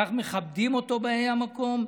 כך מכבדים אותו באי המקום?